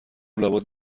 لابد